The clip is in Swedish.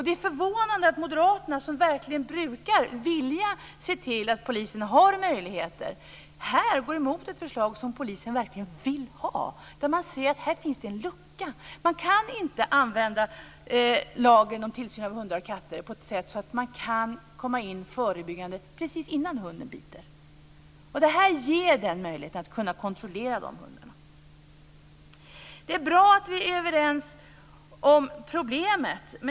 Det är förvånande att Moderaterna, som verkligen brukar vilja se till att polisen får resurser, här gå emot ett förslag som polisen verkligen vill ha. Här ser man en lucka. Det går inte att använda lagen om tillsyn av hundar och katter på ett sådant sätt att det går att agera förebyggande precis innan hunden biter. Det här förslaget ger den möjligheten att kontrollera hundarna. Det är bra att vi är överens om problemet.